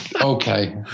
okay